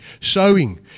sowing